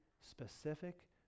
specific